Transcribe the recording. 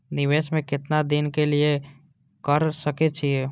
निवेश में केतना दिन के लिए कर सके छीय?